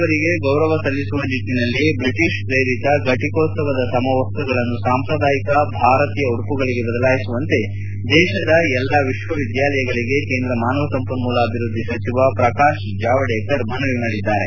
ಮಹಾತ್ಮ ಗಾಂಧಿಗೆ ಗೌರವ ಸಲ್ಲಿಸುವ ನಿಟ್ಟನಲ್ಲಿ ಬ್ರಿಟಿಷ್ ಪ್ರೇರಿತ ಘಟಿಕೋತ್ಸವದ ಸಮವಸ್ತಗಳನ್ನು ಸಾಂಪ್ರದಾಯಿಕ ಭಾರತೀಯ ಉಡುಪುಗಳಿಗೆ ಬದಲಾಯಿಸುವಂತೆ ದೇಶದ ಎಲ್ಲಾ ವಿಶ್ವವಿದ್ಯಾಲಯಗಳಿಗೆ ಕೇಂದ್ರ ಮಾನವ ಸಂಪನ್ಮೂಲ ಅಭಿವೃದ್ದಿ ಸಚಿವ ಪ್ರಕಾಶ್ ಜಾವಡೇಕರ್ ಮನವಿ ಮಾಡಿದ್ದಾರೆ